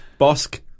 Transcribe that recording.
Bosk